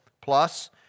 plus